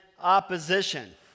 opposition